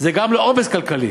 זה גם לא עומס כלכלי.